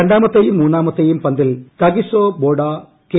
രണ്ട്രാമത്തെയും മൂന്നാമത്തെയും പന്തിൽ കഗിസോ ബൊഡാ കെ